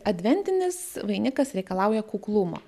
adventinis vainikas reikalauja kuklumo